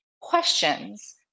Questions